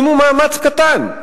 אם הוא מאמץ קטן.